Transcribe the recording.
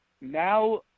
now